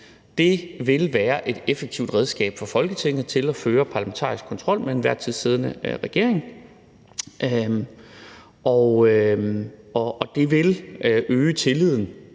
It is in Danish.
Det vil være et effektivt redskab for Folketinget til at føre parlamentarisk kontrol med den til enhver tid siddende regering, og det vil øge tilliden,